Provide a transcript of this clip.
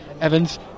Evans